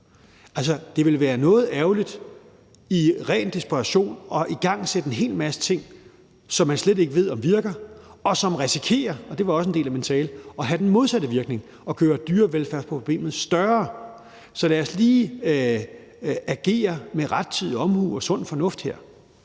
gøre. Det ville være noget ærgerligt i ren desperation at igangsætte en hel masse ting, som man slet ikke ved om virker, og som risikerer – og det var også en del af min tale – at have den modsatte virkning: at gøre dyrevelfærdsproblemet større. Så lad os lige agere med rettidig omhu og sund fornuft her.